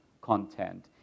content